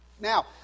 Now